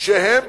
שהם